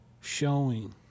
showing